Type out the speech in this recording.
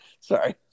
Sorry